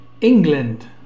England